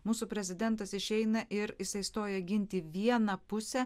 mūsų prezidentas išeina ir jisai stoja ginti vieną pusę